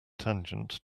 tangent